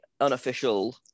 unofficial